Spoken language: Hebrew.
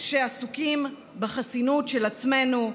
שעסוקים בחסינות של עצמנו,